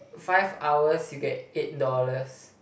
five hours you get eight dollars